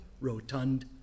rotund